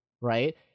right